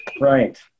Right